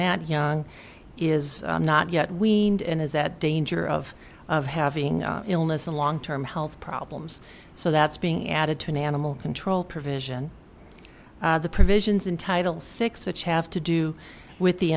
that young is not yet weaned and is that danger of having illness and long term health problems so that's being added to an animal control provision the provisions in title six which have to do with the